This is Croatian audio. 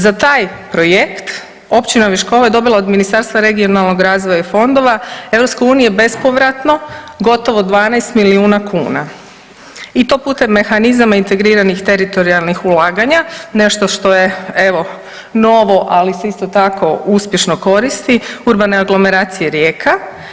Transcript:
Za taj projekt općina Viškovo je dobila od Ministarstva regionalnog razvoja i fondova EU bespovratno gotovo 12 milijuna kuna i to putem mehanizama integriranih teritorijalnih ulaganja, nešto što je evo novo ali se isto tako uspješno koristi, urbane aglomeracije Rijeka.